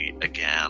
again